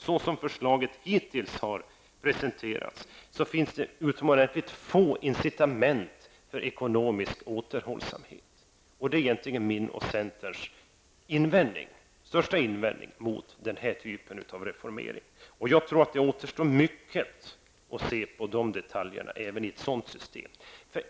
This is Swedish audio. Såsom förslaget hittills har presenterats finns det utomordentligt få incitament för ekonomisk återhållsamhet. Och det är egentligen min och centerns största invändning mot den här typen av reformering. Jag tror att det återstår mycket när det gäller att se till dessa detaljer även i ett sådant system.